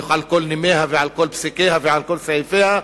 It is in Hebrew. על כל נימיה ועל כל פסיקיה ועל כל סעיפיה,